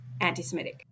anti-Semitic